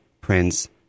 Prince